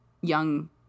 young